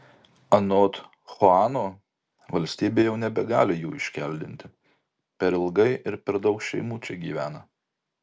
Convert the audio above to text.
anot chuano valstybė jau nebegali jų iškeldinti per ilgai ir per daug šeimų čia gyvena